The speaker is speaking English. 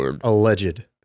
alleged